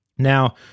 Now